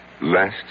last